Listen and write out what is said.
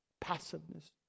Passiveness